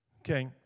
Okay